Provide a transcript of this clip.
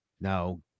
No